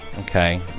Okay